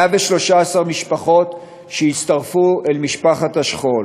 113 משפחות שהצטרפו אל משפחת השכול.